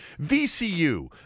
VCU